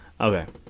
okay